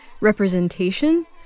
representation